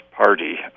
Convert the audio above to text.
party